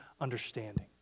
understanding